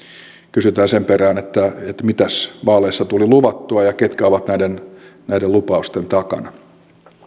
kysytään sen perään että mitäs vaaleissa tuli luvattua ja ketkä ovat näiden lupausten takana